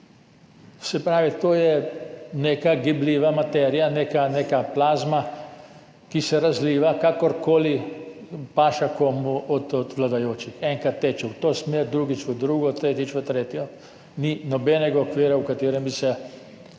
Se pravi, to je neka gibljiva materija, neka plazma, ki se razliva kakorkoli paše komu od vladajočih. Enkrat teče v to smer, drugič v drugo, tretjič v tretjo, ni nobenega okvira, v katerem bi se ta